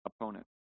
opponent